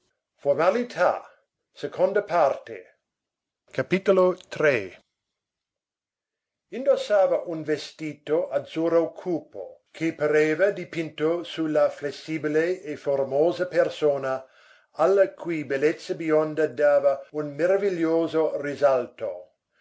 e flavia entrò indossava un vestito azzurro cupo che pareva dipinto su la flessibile e formosa persona alla cui bellezza bionda dava un meraviglioso risalto